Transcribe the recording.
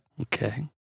Okay